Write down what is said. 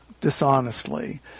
dishonestly